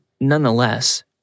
nonetheless